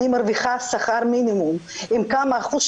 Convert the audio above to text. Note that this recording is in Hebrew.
ואני מרוויחה שכר מינימום עם כמה אחוזים